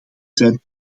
zijn